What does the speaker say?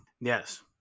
Yes